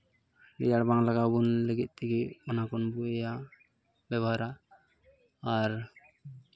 ᱨᱮᱭᱟᱲ ᱵᱟᱝ ᱞᱟᱜᱟᱣ ᱟᱵᱚᱱ ᱞᱟᱹᱜᱤᱫ ᱛᱮᱜᱮ ᱚᱱᱟ ᱠᱚᱵᱚᱱ ᱤᱭᱟᱹᱭᱟ ᱵᱮᱵᱚᱦᱟᱨᱟ ᱟᱨ